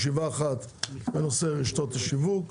ישיבה אחת בנושא רשתות השיווק,